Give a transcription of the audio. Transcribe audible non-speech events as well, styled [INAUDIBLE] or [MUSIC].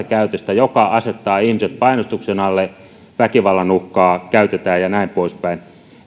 [UNINTELLIGIBLE] käytöstä joka asettaa ihmiset painostuksen alle jossa väkivallan uhkaa käytetään ja näin pois päin